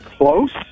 Close